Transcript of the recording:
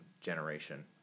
generation